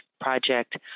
project